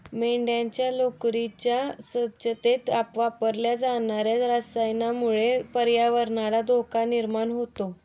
मेंढ्यांच्या लोकरीच्या स्वच्छतेत वापरल्या जाणार्या रसायनामुळे पर्यावरणालाही धोका निर्माण होतो